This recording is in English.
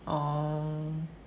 orh